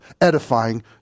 edifying